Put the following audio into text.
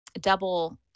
double